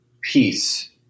peace